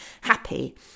happy